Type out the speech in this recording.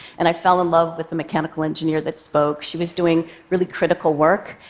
and i fell in love with the mechanical engineer that spoke. she was doing really critical work,